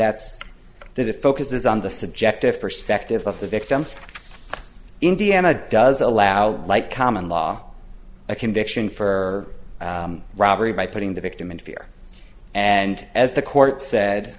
that's that it focuses on the subjective perspective of the victim indiana does allow like common law a conviction for robbery by putting the victim in fear and as the court said